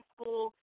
school